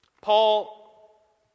Paul